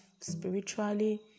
spiritually